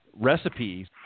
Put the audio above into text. recipes